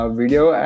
video